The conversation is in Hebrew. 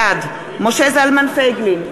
בעד משה זלמן פייגלין,